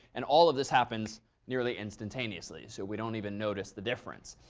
and all of this happens nearly instantaneously. so we don't even notice the difference.